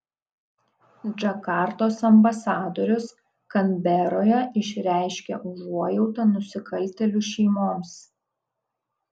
džakartos ambasadorius kanberoje išreiškė užuojautą nusikaltėlių šeimoms